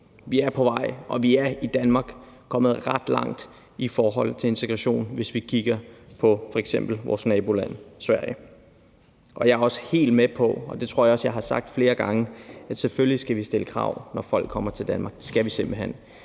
Vi er på vej, og vi er i Danmark kommet ret langt i forhold til integration, hvis vi kigger på f.eks. vores naboland Sverige. Og jeg er også helt med på – og det tror jeg også jeg har sagt flere gange – at vi selvfølgelig skal stille krav, når folk kommer til Danmark. Det skal vi simpelt hen.